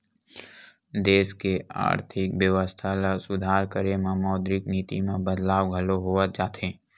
देस के आरथिक बेवस्था ल सुधार करे बर मौद्रिक नीति म बदलाव घलो होवत जाथे